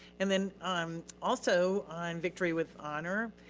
and then um also on victory with honor,